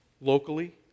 locally